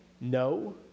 no